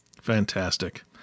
Fantastic